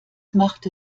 machte